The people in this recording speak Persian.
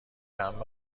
عمه